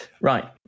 Right